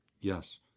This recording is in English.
Yes